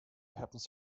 happens